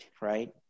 right